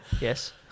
Yes